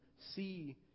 see